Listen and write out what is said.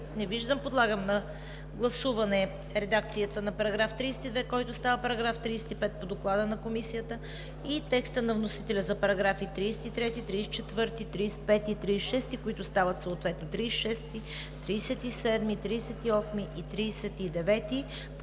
Не виждам. Подлагам на гласуване редакцията на § 32, който става § 35 по Доклада на Комисията, и текста на вносителя за параграфи 33, 34, 35 и 36, които стават съответно параграфи 36, 37, 38 и 39,